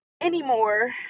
anymore